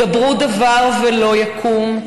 דברו דבר ולא יקום,